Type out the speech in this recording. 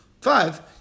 five